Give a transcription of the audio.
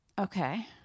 Okay